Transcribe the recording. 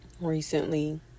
recently